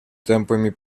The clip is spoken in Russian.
темпами